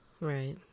right